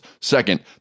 Second